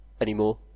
anymore